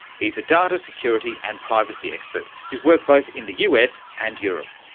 he's a data security and privacy expert who's worked both in the us and europe.